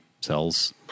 cells